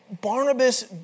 Barnabas